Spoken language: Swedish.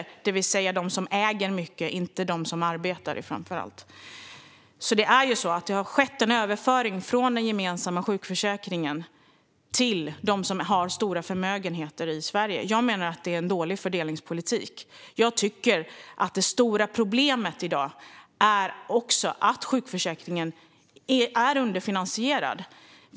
Ni sänkte skatter för dem som äger mycket, inte för dem som arbetar. Det har skett en överföring från den gemensamma sjukförsäkringen till dem som har stora förmögenheter i Sverige. Jag menar att det är en dålig fördelningspolitik. Det stora problemet i dag är att sjukförsäkringen är underfinansierad.